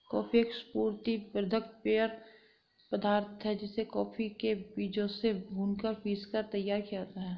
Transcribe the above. coffee एक स्फूर्ति वर्धक पेय पदार्थ है जिसे कॉफी के बीजों से भूनकर पीसकर तैयार किया जाता है